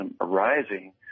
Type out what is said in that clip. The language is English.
arising